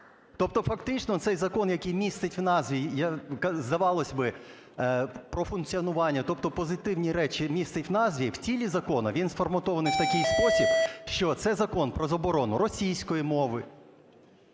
Тобто фактично цей закон, який містить в назві, здавалось би, про функціонування, тобто позитивні речі містить в назві, в тілі закону він сформатований в такий спосіб, що це закон про заборону російської мови.